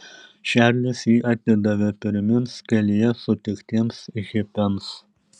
čarlis jį atidavė pirmiems kelyje sutiktiems hipiams